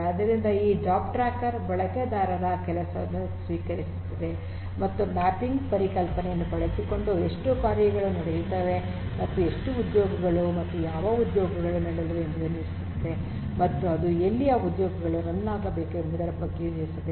ಆದ್ದರಿಂದ ಈ job tracker ಬಳಕೆದಾರರ ಕೆಲಸವನ್ನು ಸ್ವೀಕರಿಸುತ್ತದೆ ಮತ್ತು ಮ್ಯಾಪಿಂಗ್ ಪರಿಕಲ್ಪನೆಯನ್ನು ಬಳಸಿಕೊಂಡು ಎಷ್ಟು ಕಾರ್ಯಗಳು ನಡೆಯುತ್ತವೆ ಮತ್ತು ಎಷ್ಟು ಉದ್ಯೋಗಗಳು ಮತ್ತು ಯಾವ ಉದ್ಯೋಗಗಳು ನಡೆಯಲಿವೆ ಎಂಬುದನ್ನು ನಿರ್ಧರಿಸುತ್ತದೆ ಮತ್ತು ಅದು ಎಲ್ಲಿ ಆ ಉದ್ಯೋಗಗಳು ರನ್ ಆಗಬೇಕು ಎಂಬುದರ ಬಗ್ಗೆಯೂ ನಿರ್ಧರಿಸುತ್ತದೆ